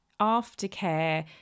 aftercare